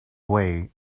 way